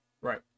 Right